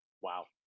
Wow